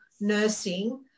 nursing